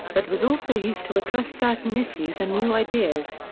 but was also used to address certain issues and new ideas.